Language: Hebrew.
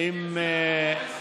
אדוני השר,